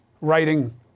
writing